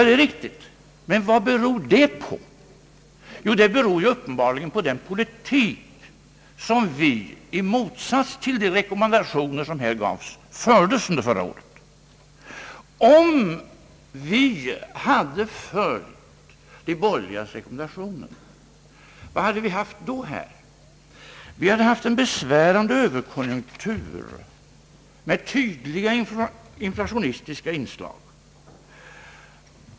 Det är riktigt. Men vad beror det på? Det beror uppenbarligen på den politik vi, i motsats till de rekommendationer som här gavs, förde under förra året. Vad hade vi haft om vi följt de borgerligas rekommendationer? Vi hade haft en besvärande överkonjunktur med tydliga inflationistiska inslag.